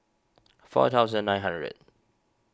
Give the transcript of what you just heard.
four thousand nine hundred